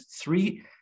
three